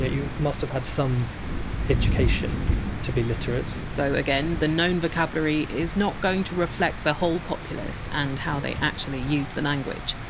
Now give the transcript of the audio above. you must have had some education to be literate so, again, the known vocabulary is not going to reflect the whole populace and how they used the language.